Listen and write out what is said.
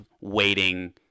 waiting